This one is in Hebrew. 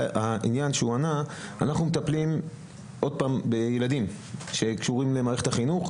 אנחנו מטפלים בילדים שקשורים למערכת החינוך.